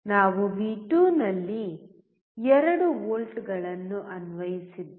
ನಾವು ವಿ2ನಲ್ಲಿ 2 ವೋಲ್ಟ್ಗಳನ್ನು ಅನ್ವಯಿಸಿದ್ದೇವೆ